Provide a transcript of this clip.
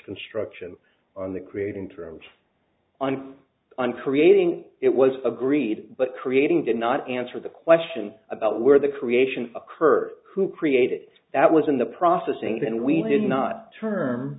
construction on the creating through on on creating it was agreed but creating did not answer the question about where the creation occurred who created that was in the processing then we did not term